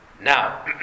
now